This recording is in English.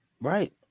Right